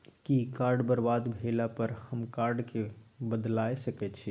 कि कार्ड बरबाद भेला पर हम कार्ड केँ बदलाए सकै छी?